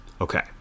okay